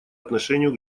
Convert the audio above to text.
отношению